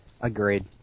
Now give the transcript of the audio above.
Agreed